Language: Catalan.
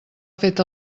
fet